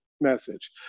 message